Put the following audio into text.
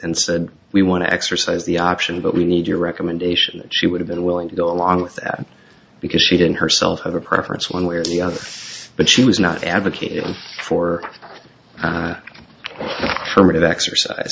and said we want to exercise the option but we need your recommendation she would have been willing to go along with that because she didn't herself have a preference one way or the other but she was not advocating for her minute exercise